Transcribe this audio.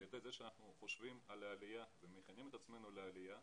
על ידי זה שאנחנו חושבים על העלייה ומכינים את עצמנו לעלייה,